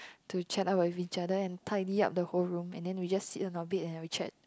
to chat up with each other and tidy up the whole room and then we just sit on our bed and have a chat